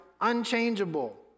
unchangeable